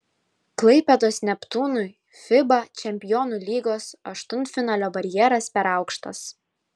klaipėdos neptūnui fiba čempionų lygos aštuntfinalio barjeras per aukštas